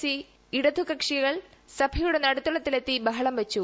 C ഇടതുകക്ഷികൾ സഭയുടെ നടുത്തളത്തിലെത്തി ബഹളം വച്ചു